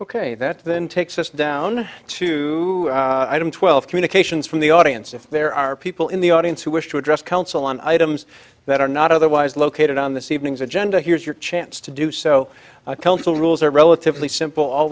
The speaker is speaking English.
ok that then takes us down to twelve communications from the audience if there are people in the audience who wish to address council on items that are not otherwise located on this evening's agenda here's your chance to do so the rules are relatively simple all